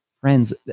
friends